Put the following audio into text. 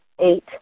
eight